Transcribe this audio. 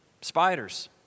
Spiders